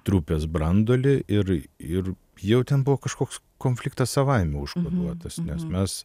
trupės branduolį ir ir jau ten buvo kažkoks konfliktas savaime užkoduotas nes mes